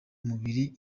umubiri